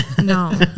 No